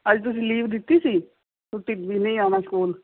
ਅੱਜ ਤੁਸੀਂ ਲੀਵ ਦਿੱਤੀ ਸੀ ਤੁਸੀਂ ਵੀ ਨਹੀਂ ਆਉਣਾ ਸਕੂਲ